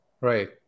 Right